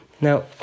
Now